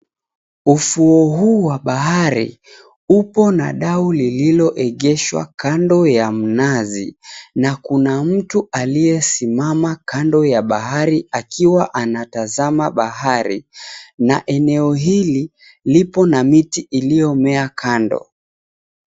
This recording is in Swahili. Ufuo huu kwa bahari, upo na dau lililoegeshwa kando ya mnazi na kuna mtu aliyesimama kando ya bahari akiwa anatazama bahari na eneo hili lipo na miti iliyomea kando.